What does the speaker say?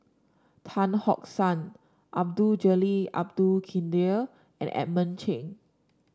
Tan San Abdul Jalil Abdul Kadir and Edmund Cheng